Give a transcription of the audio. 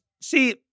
see